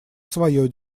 свое